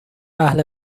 اهل